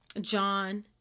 John